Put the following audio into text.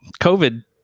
COVID